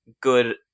good